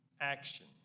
action